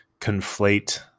conflate